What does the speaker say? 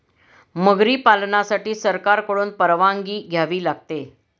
मगरी पालनासाठी सरकारकडून परवानगी घ्यावी लागते